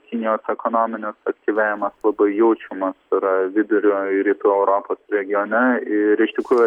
kinijos ekonominis suaktyvėjimas labai jaučiamas yra vidurio ir rytų europos regione ir iš tikrųjų